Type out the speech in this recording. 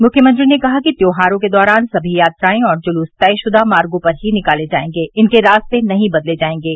मुख्यमंत्री ने कहा कि त्यौहारों के दौरान सभी यात्राए और जुलूस तयशुदा मार्गो पर ही निकाले जायेंगे इनके रास्ते नहीं बदले जायेंगे